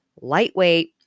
lightweight